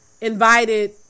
invited